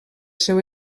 seu